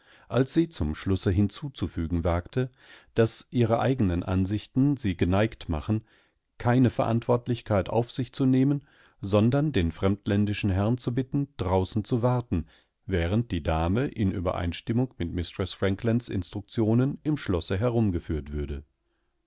als sie zum schlusse hinzuzufügen wagte daß ihre eigenen ansichten sie geneigt machen keine verantwortlichkeit auf sich zu nehmen sondern den fremdländischen herrn zu bitten draußen zu warten während die dame in übereinstimmung mit mistreß franklands instruktionenimschlosseherumgeführtwürde